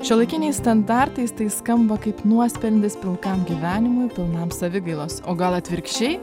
šiuolaikiniais standartais tai skamba kaip nuosprendis pilkam gyvenimui pilnam savigailos o gal atvirkščiai